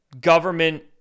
government